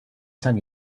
san